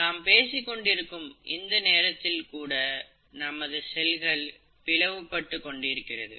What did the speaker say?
நாம் பேசிக் கொண்டிருக்கும் இந்த நேரத்தில் கூட நமது செல்கள் பிளவு பட்டு கொண்டிருக்கிறது